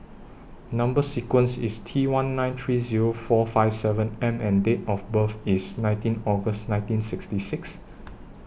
Number sequence IS T one nine three Zero four five seven M and Date of birth IS nineteen August nineteen sixty six